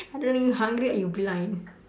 I don't know you hungry or you blind